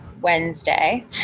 Wednesday